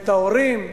את ההורים,